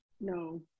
no